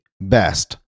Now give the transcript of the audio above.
best